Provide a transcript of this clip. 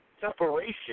separation